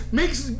makes